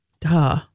Duh